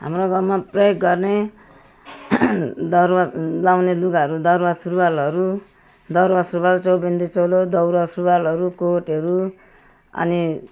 हाम्रो गाउँमा प्रयोग गर्ने दौरा लगाउने लुगा दौरा सुरुवालहरू दौरा सुरुवाल चौबन्दी चोलो दौरा सुरुवालहरू कोटहरू अनि